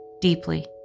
deeply